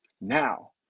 now